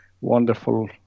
wonderful